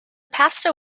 pasta